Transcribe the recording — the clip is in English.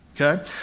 okay